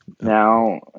Now